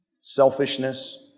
selfishness